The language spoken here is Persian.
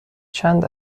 چند